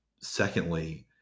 Secondly